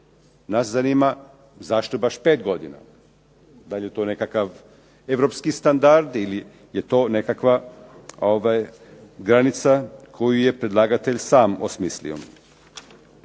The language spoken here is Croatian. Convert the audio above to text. Nas zanima zašto baš 5 godina, da li je to nekakav europski standard, ili je to nekakva granica koju je predlagatelj sam osmislio.